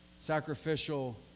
sacrificial